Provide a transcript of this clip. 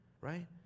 right